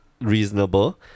Reasonable